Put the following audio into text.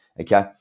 Okay